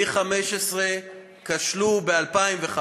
V15 כשלו ב-2015,